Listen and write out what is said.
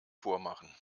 vormachen